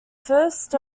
first